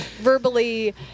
verbally